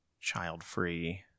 child-free